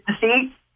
see